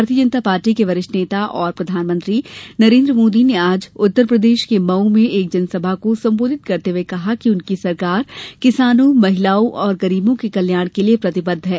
भारतीय जनता पार्टी के वरिष्ठ नेता और प्रधानमंत्री नरेंद्र मोदी ने आज उत्तर प्रदेश के मऊ में एक जनसभा को संबोधित करते हुए कहा कि उनकी सरकार किसानों महिलाओं और गरीबों के कल्याण के लिये प्रतिबद्ध है